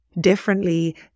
differently